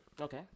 Okay